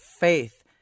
faith